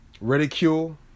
ridicule